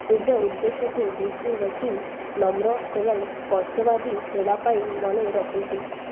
ନିଜ ଉଦ୍ଦେଶ୍ୟକୁ ଦୃଷ୍ଟିରେ ରଖି ନମ୍ର ଏବଂ ସ୍ପଷ୍ଟବାଦୀ ହେବାପାଇଁ ମନେ ରଖନ୍ତୁ